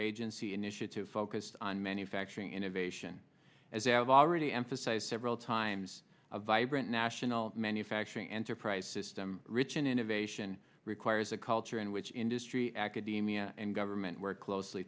agency initiative focused on manufacturing innovation as i have already emphasized several times a vibrant national manufacturing enterprise system rich in innovation requires a culture in which industry academia and government work closely